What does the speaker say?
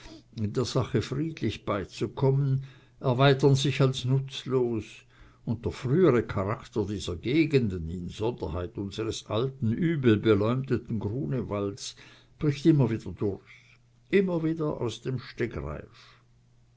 der sache friedlich beizukommen erweisen sich als nutzlos und der frühere charakter dieser gegenden insonderheit unseres alten übelbeleumdeten grunewalds bricht immer wieder durch immer wieder aus dem stegreif